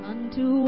Unto